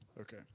Okay